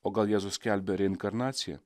o gal jėzus skelbia reinkarnacija